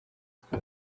twe